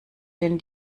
den